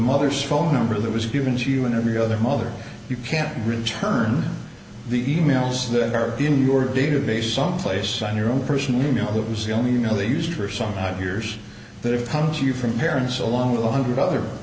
mother's phone number that was given to you in every other mother you can't return the emails that are in your database someplace on your own person you know that was the only you know they used for some time years that have come to you from parents along with a hundred other